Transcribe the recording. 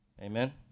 Amen